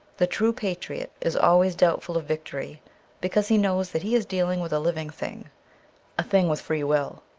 the true patriot is always doubtful of victory because he knows that he is dealing with a living thing a thing with free will.